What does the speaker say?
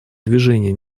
движения